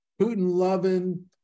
Putin-loving